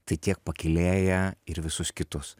tai tiek pakylėja ir visus kitus